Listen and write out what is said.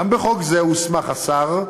גם בחוק זה הוסמך השר,